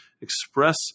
express